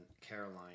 Caroline